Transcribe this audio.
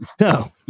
No